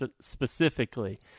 specifically